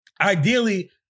ideally